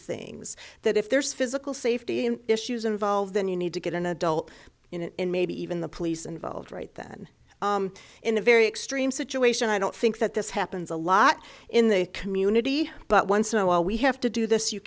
things that if there's physical safety issues involved then you need to get an adult in maybe even the police involved right then in a very extreme situation i don't think that this happens a lot in the community but once in a while we have to do this you